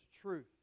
truth